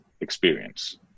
experience